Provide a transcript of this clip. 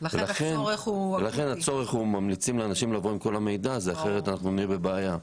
לכן ממליצים לאנשים לבוא עם כל המידע הזה כי אחרת נהיה בבעיה.